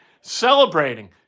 celebrating